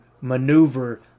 maneuver